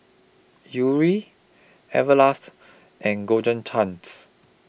Yuri Everlast and Golden Chance